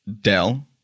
Dell